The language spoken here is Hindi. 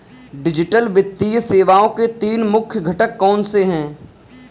डिजिटल वित्तीय सेवाओं के तीन मुख्य घटक कौनसे हैं